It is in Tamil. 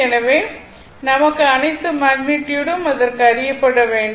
எனவே நமக்கு அனைத்து மேக்னிட்யுடும் இதற்கு அறியப்பட வேண்டும்